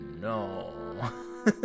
no